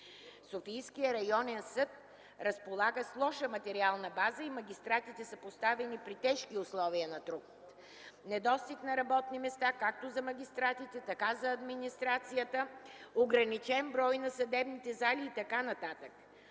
Софийският районен съд разполага с лоша материална база и магистратите са поставени при тежки условия на труд – недостиг на работни места както за магистратите, така и за администрацията, ограничен брой на съдебните зали и така нататък.